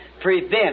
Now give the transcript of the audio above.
prevent